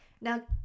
Now